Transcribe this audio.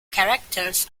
characters